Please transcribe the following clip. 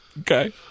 Okay